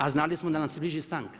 A znali smo da nam se bliži stanka.